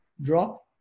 drop